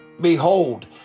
Behold